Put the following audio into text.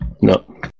No